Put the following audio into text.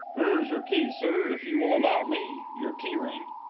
here is your key, sir. if you will allow me your key-ring